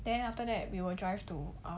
then after that we will drive to um